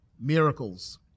miracles